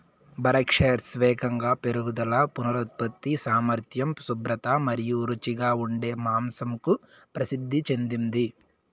Berkshires వేగంగా పెరుగుదల, పునరుత్పత్తి సామర్థ్యం, శుభ్రత మరియు రుచిగా ఉండే మాంసంకు ప్రసిద్ధి చెందింది